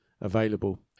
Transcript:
available